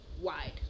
wide